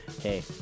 hey